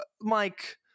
Mike